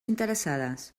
interessades